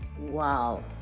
wow